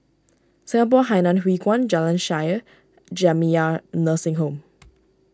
Singapore Hainan Hwee Kuan Jalan Shaer Jamiyah Nursing Home